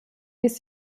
ließ